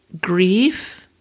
grief